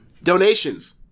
Donations